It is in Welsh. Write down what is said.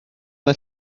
mae